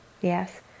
Yes